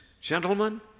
gentlemen